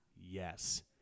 Yes